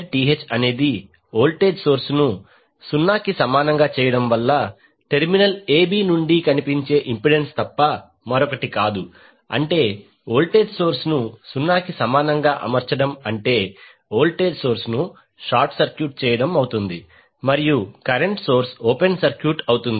ZTh అనేది voltage source ను 0 కి సమానంగా చేయడం వలన టెర్మినల్ a b నుండి కనిపించే ఇంపెడెన్స్ తప్ప మరొకటి కాదు అంటే వోల్టేజ్ సోర్స్ ను 0 కి సమానంగా అమర్చడం అంటే వోల్టేజ్ సోర్స్ ను షార్ట్ సర్క్యూట్ చేయడం అవుతుంది మరియు కరెంట్ సోర్స్ ఓపెన్ సర్క్యూట్ అవుతుంది